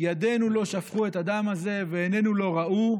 "ידינו לא שפכה את הדם הזה ועינינו לא ראו.